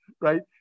right